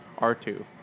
R2